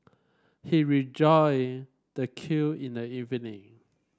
he rejoined the queue in the evening